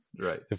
Right